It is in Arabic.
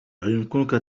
أيمكنك